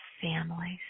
families